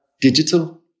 digital